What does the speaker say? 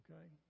okay